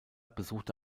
besuchte